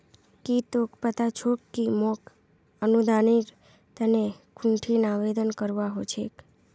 की तोक पता छोक कि मोक अनुदानेर तने कुंठिन आवेदन करवा हो छेक